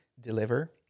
deliver